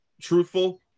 truthful